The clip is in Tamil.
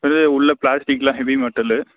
அது உள்ளே பிளாஸ்டிக்லாம் ஹெவி மெட்டலு